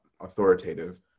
authoritative